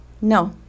No